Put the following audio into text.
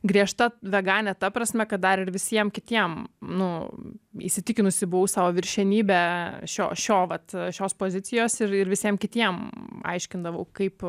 griežta veganė ta prasme kad dar ir visiem kitiem nu įsitikinusi buvau savo viršenybe šio šio vat šios pozicijos ir ir visiem kitiem aiškindavau kaip